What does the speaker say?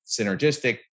synergistic